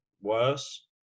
worse